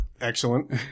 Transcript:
Excellent